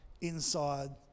inside